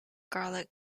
garlic